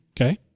Okay